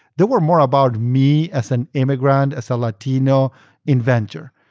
they were more about me as an immigrant, as a latino in venture.